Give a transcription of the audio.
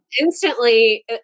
Instantly